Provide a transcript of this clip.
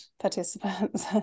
participants